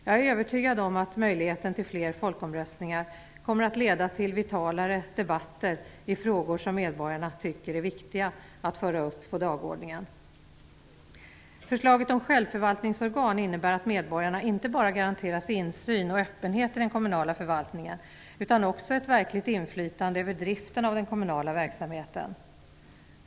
Jag är övertygad om att möjligheten till fler folkomröstningar kommer att leda till vitalare debatter i frågor som medborgarna tycker är viktiga att föra upp på dagordningen. Förslaget om självförvaltningsorgan innebär att medborgarna inte bara garanteras insyn och öppenhet i den kommunala förvaltningen, utan också ett verkligt inflytande över driften av den kommunala verksamheten.